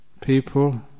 people